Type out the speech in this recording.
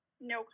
no